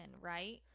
right